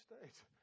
States